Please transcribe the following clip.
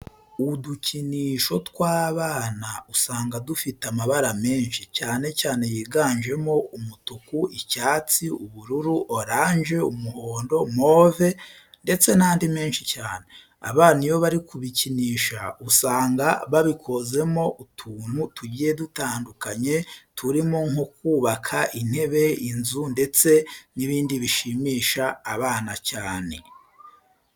Udukinisho tw'abana usanga dufite amabara menshi cyane yiganjemo umutuku, icyatsi, ubururu, oranje, umuhondo, move ndetse n'andi menshi cyane. Abana iyo bari kubikinisha usanga babikozemo utuntu tugiye dutandukanye turimo nko kubaka intebe, inzu ndetse n'ibindi bishimisha abana cyane.